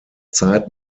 zeit